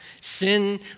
Sin